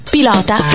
Pilota